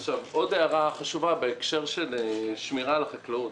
עוד הערה חשובה בהקשר של שמירה על החקלאות.